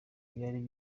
byari